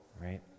right